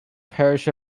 parish